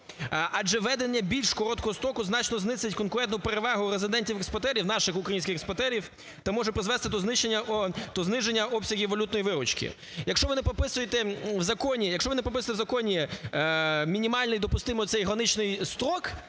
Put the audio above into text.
Адже введення більш короткого строку значно знизить конкурентну перевагу резидентів експортів, наших українських експортів, та може призвести до зниження обсягів валютної виручки. Якщо ви не прописуєте в законі мінімальний допустимий цей граничний строк,